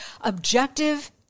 objective